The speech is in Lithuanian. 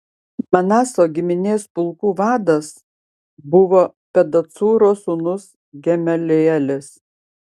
manaso giminės pulkų vadas buvo pedacūro sūnus gamelielis